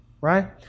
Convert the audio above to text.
right